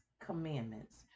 commandments